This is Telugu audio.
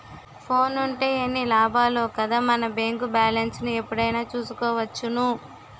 ఫోనుంటే ఎన్ని లాభాలో కదా మన బేంకు బాలెస్ను ఎప్పుడైనా చూసుకోవచ్చును